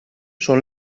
són